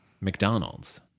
McDonald's